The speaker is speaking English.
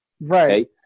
Right